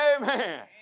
amen